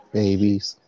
babies